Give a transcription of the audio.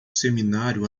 seminário